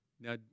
now